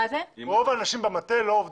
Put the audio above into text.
רוב האנשים במטה לא עובדים,